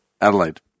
Adelaide